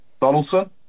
Donaldson